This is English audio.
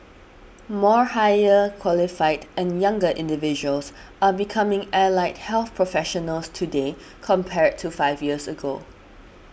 more higher qualified and younger individuals are becoming allied health professionals today compared to five years ago